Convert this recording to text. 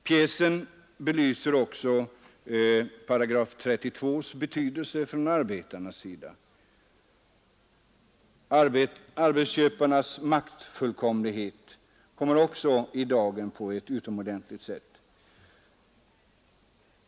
Pjäsen belyser vidare betydelsen för arbetarna av § 32. Arbetsköparnas maktfullkomlighet kommer också i dagen på ett utomordentligt sätt.